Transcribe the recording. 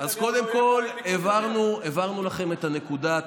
אז קודם כול הבהרנו לכם את הנקודה.